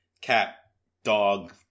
cat-dog